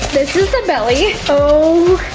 this is the belly. oh,